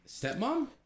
stepmom